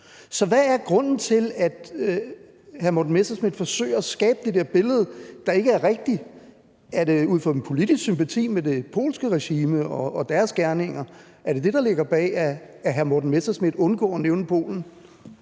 Så hvad er grunden til, at hr. Morten Messerschmidt forsøger at skabe det der billede, der ikke er rigtigt? Er det ud fra en politisk sympati med det polske regime og deres gerninger? Er det det, der ligger bag, at hr. Morten Messerschmidt undgår at nævne Polen?